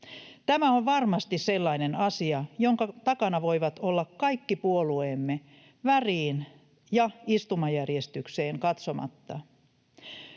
Tämä on varmasti sellainen asia, jonka takana voivat olla kaikki puolueemme väriin ja istumajärjestykseen katsomatta.